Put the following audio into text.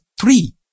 three